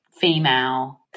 female